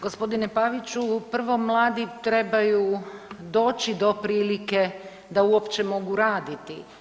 Gospodine Paviću, prvo mladi trebaju doći do prilike da uopće mogu raditi.